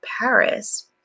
Paris